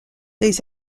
les